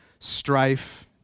strife